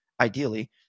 ideally